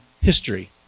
history